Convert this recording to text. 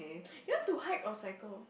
you want to hike or cycle